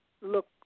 Look